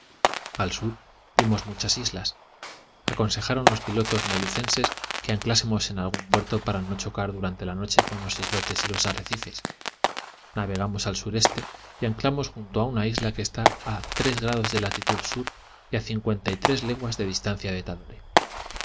al sur vimos muchas islas aconsejaron los pilotos molucenses que anclásemos en algún puerto para no chocar durante la noche con los islotes y los arrecifes navegamos al sureste y anclamos junto a una isla que está a tres grados de latitud sur y a cincuenta y tres leguas de distancia de tadore